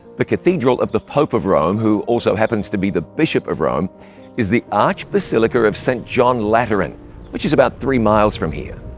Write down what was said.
the cathedral of the pope of rome, who also happens to be the bishop of rome is the archbasilica of st. john lateran which is about three miles from here.